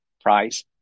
price